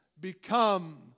become